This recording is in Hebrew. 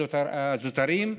"הזוטרים".